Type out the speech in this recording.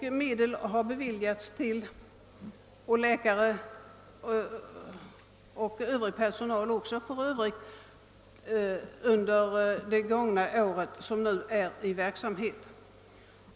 Utökade medel har beviljats, och nya tjänster för läkare och även Övrig personal har under det gångna året tillsatts och befattningshavarna är nu i verksamhet.